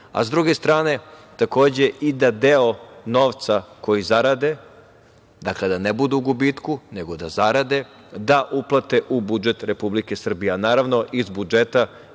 druge strane, takođe i da deo novca koji zarade, da ne budu u gubitku, nego da zarade, da uplate u budžet Republike Srbije. Naravno, iz budžeta